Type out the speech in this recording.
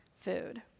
food